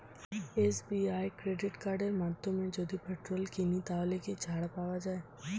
SBI credit কার্ডের মাধ্যমে যদি পেট্রোল কিনি তাহলে কি ছাড় পাওয়া যায়?